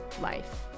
life